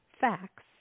facts